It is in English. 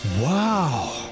Wow